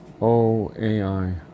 OAI